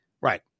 Right